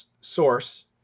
source